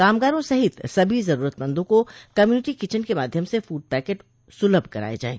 कामगारों सहित सभी जरूरतमंदों को कम्यूनिटी किचन के माध्यम से फूड पैकेट सुलभ कराए जाएं